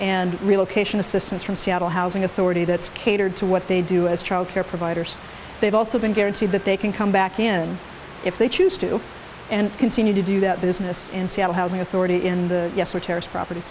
and relocation assistance from seattle housing authority that's catered to what they do as childcare providers they've also been guaranteed that they can come back in if they choose to and continue to do that business in seattle housing authority in the u s we're tears propert